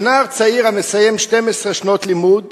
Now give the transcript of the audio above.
כנער צעיר המסיים 12 שנות לימוד